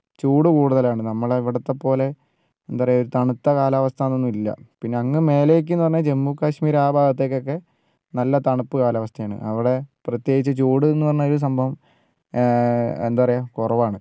ചൂട് കൂടുതലാണ് നമ്മുടെ ഇവിടുത്തെ പോലെ എന്താ പറയുക തണുത്ത കാലാവസ്ഥയൊന്നൊന്നുമില്ല പിന്നെ അങ്ങ് മേലേക്കെന്നു പറഞ്ഞാൽ ജമ്മു കാശ്മീർ ആ ഭാഗത്തേക്കൊക്കെ നല്ല തണുപ്പ് കാലാവസ്ഥയാണ് അവിടെ പ്രത്യേകിച്ച് ചൂടെന്ന് പറഞ്ഞ ഒരു സംഭവം എന്താ പറയുക കുറവാണ്